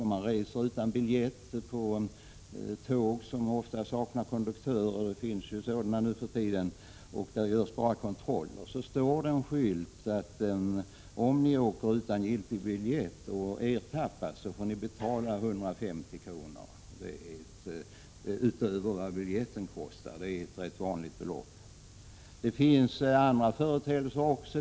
Om man reser utan giltig biljett på tåg, som nu för tiden saknar konduktör och där endast kontroller görs, och ertappas får man betala 150 kr. utöver vad biljetten kostar. Det finns skyltar om detta. Det är ett rätt vanligt belopp.